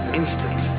instant